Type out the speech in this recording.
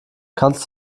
kannst